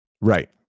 Right